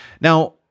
Now